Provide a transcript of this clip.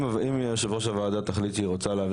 אם היושבת-ראש הוועדה תחליט שהיא רוצה להעביר